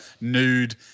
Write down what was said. nude